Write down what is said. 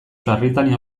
sarritan